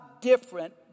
different